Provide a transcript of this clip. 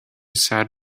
sat